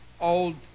old